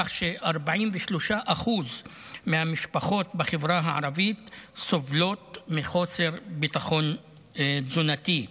כך ש-43% מהמשפחות בחברה הערבית סובלות מחוסר ביטחון תזונתי.